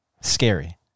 scary